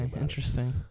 interesting